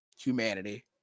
Humanity